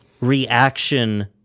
reaction